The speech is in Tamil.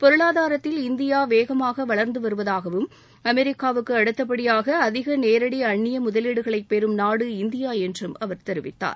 பொருளாதாரத்தில் இந்தியா வேகமாக வளர்ந்து வருவதாகவும் அமெரிக்காவுக்கு அடுத்தபடியாக அதிக நேரடி அன்னிய முதலீடுகளைப் பெறும் நாடு இந்தியா என்றும் அவர் தெரிவித்தார்